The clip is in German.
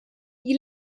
die